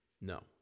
no